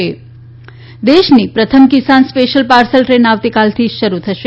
ે દેશની પ્રથમ કિસાન સ્પેશિયલ પાર્સલ ટ્રેન આવતીકાલથી શરૂ થશે